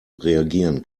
reagieren